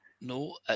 No